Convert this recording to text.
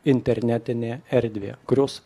internetinę erdvę kurios